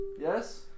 Yes